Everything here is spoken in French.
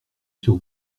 sur